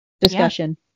discussion